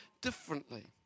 differently